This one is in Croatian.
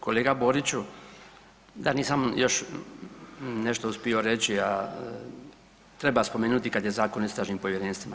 Kolega Boriću da nisam još nešto uspio reći, a treba spomenuti kada je Zakon o istražnim povjerenstvima.